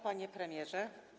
Panie Premierze!